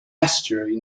estuary